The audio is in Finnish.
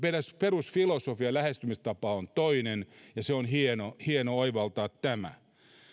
perusfilosofia lähestymistapa on toinen ja tämä on hienoa oivaltaa